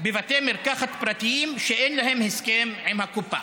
בבתי מרקחת פרטיים שאין להם הסכם עם הקופה.